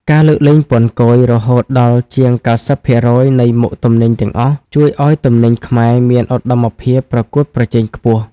ការលើកលែងពន្ធគយរហូតដល់ជាងកៅសិបភាគរយនៃមុខទំនិញទាំងអស់ ជួយឱ្យទំនិញខ្មែរមានឧត្តមភាពប្រកួតប្រជែងខ្ពស់។